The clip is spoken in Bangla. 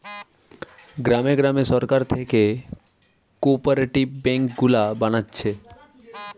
গ্রামে গ্রামে সরকার থিকে কোপরেটিভ বেঙ্ক গুলা বানাচ্ছে